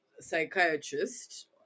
psychiatrist